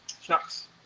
shucks